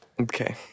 Okay